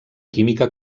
química